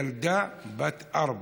ילדה בת ארבע,